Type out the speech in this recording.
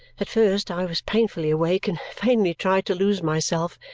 at first i was painfully awake and vainly tried to lose myself,